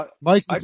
Mike